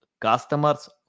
customers